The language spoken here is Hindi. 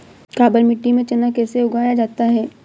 काबर मिट्टी में चना कैसे उगाया जाता है?